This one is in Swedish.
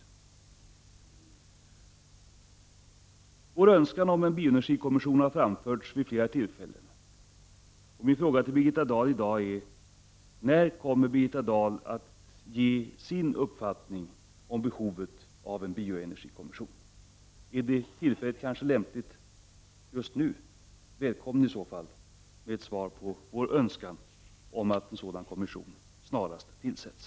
Vår önskan om en bioenergikommission har framförts vid flera tillfällen. Min fråga till Birgitta Dahl i dag är: När kommer Birgitta Dahl att ge sin uppfattning om behovet av en bioenergikommission till känna? Är tillfället kanske lämpligt just nu? Välkommen i så fall med ett svar på vår önskan om att en sådan kommission snarast tillsätts.